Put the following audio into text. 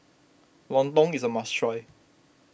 Lontong is a must try